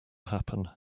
happen